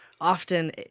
often